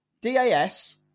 DAS